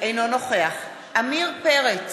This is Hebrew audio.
אינו נוכח עמיר פרץ,